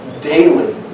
daily